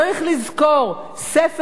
ספר הוא מוצר תרבותי,